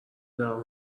دارم